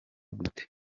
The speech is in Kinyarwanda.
gute